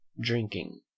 drinking